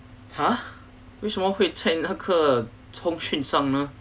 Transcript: !huh! 为什么会在那个讯上呢